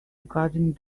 regarding